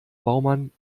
baumann